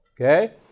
okay